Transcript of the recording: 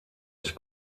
sich